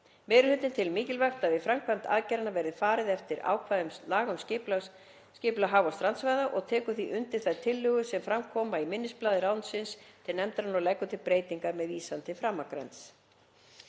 Meiri hlutinn telur mikilvægt að við framkvæmd aðgerðanna verði farið eftir ákvæðum laga um skipulag haf- og strandsvæða og tekur því undir þær tillögur sem fram koma í minnisblaði ráðuneytisins til nefndarinnar og leggur til breytingu með vísan til framangreinds.